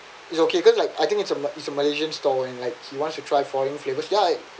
it's okay cause like I think it's a it's a malaysian store and like he wanted to try foreign flavours ya